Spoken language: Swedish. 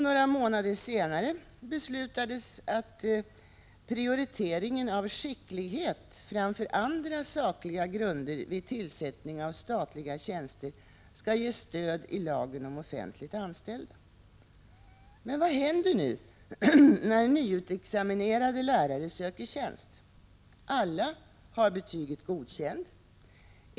Några månader senare beslutades att prioriteringen av skicklighet framför andra sakliga grunder vid tillsättning av statliga tjänster skall ges stöd i lagen om offentligt anställda. Vad händer nu när nyutexaminerade lärare söker tjänst? Alla har betyget Godkänd.